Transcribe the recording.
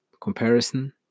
comparison